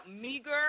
meager